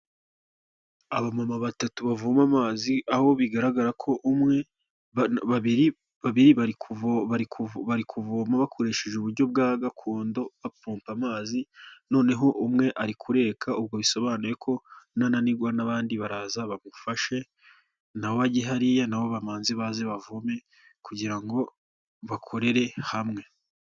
Abamama batatu bavoma amazi, naho bigaragara ko umwe, babiri babiri bari kuvoma bakoresheje uburyo bwa gakondo bapompa amazi, noneho umwe ari kureka, ubwo bisobanuye ko nananirwa n'abandi baraza bamufashe nawe ajye hariya, nabo bamanze baze bavome kugira ngo bakorere hamwe.